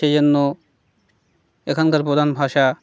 সেই জন্য এখানকার প্রধান ভাষা